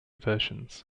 versions